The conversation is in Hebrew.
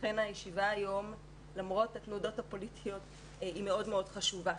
לכן הישיבה היום למרות התנודות הפוליטיות היא מאוד חשובה.